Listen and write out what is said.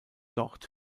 dort